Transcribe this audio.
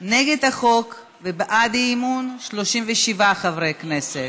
נגד החוק ובעד האי-אמון, 37 חברי כנסת.